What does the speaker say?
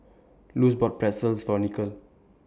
Luz bought Pretzel For Nikhil